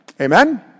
Amen